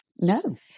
No